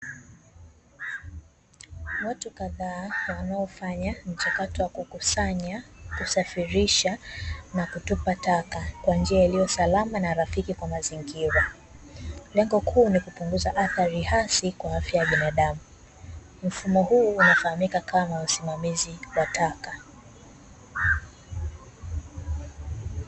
Watu kadhaa wanaofanya mchakato wa kukusanya, kusafirisha nakutupa taka kwa njia liliyo salama na rafiki kwa mazingira. Lengo kuu ni kupunguza athari hasi kwa afya ya binadamu. Mfumo huu unafahamika kama usimamizi wa taka.